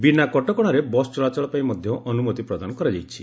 ବିନା କଟକଣାରେ ବସ୍ ଚଳାଚଳ ପାଇଁ ମଧ୍ୟ ଅନୁମତି ପ୍ରଦାନ କରାଯାଇଛି